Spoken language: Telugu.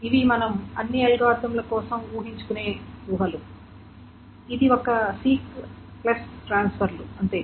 ఇవి మనం అన్ని అల్గారిథమ్ల కోసం ఊహించుకునే ఊహలు ఇది ఒక సీక్ ప్లస్ ట్రాన్స్ఫర్లు అంతే